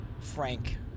Frank